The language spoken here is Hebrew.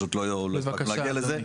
פשוט לא אצליח להגיע לזה.